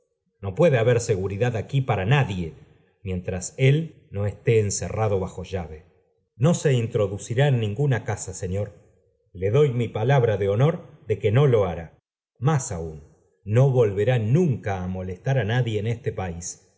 no puede haber segundad aquí para nadie mientras él no está encerrado bajo llave no se introducirá en ninguna casa señor le doy mi palabra de honor de que no lo hará más aun no volverá nunca á molestar á nadie en este país